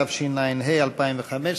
התשע"ה 2015,